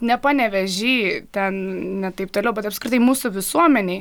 ne panevėžy ten ne taip toli o bet apskritai mūsų visuomenėj